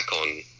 on